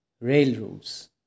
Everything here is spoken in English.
Railroads